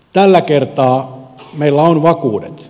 tällä kertaa meillä on vakuudet